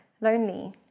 lonely